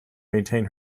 maintain